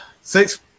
six